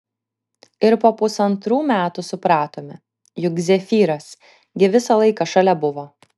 ir po pusantrų metų supratome juk zefyras gi visą laiką šalia buvo